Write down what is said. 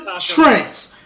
Trent